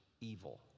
evil